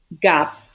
gap